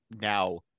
now